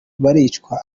baricwa